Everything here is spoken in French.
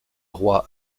roi